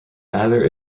neither